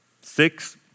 Six